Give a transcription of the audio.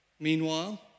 Meanwhile